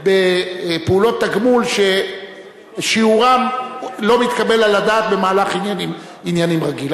בפעולות תגמול ששיעורן לא מתקבל על הדעת במהלך עניינים רגיל.